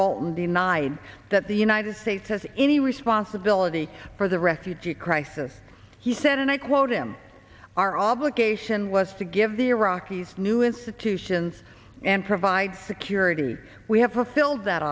bolton denied that the united states has any responsibility for the refugee crisis he said and i quote him our obligation was to give the iraqis new institutions and provide security we have fulfilled that